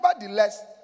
Nevertheless